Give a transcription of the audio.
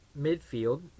midfield